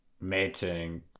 mating